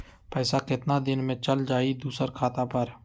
पैसा कितना दिन में चल जाई दुसर खाता पर?